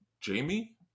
Jamie